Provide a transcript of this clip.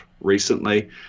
recently